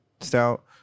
stout